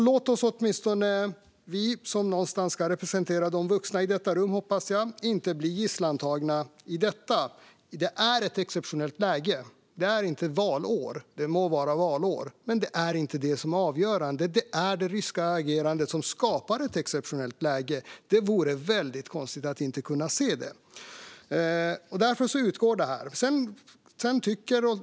Låt oss, som ska representera de vuxna i detta rum, hoppas jag, inte bli gisslantagna i detta. Det är ett exceptionellt läge. Det må vara valår, men det är inte det som är avgörande utan det är det ryska agerandet som skapar ett exceptionellt läge. Det vore väldigt konstigt om man inte kunde se det. Därför utgår det här stödet.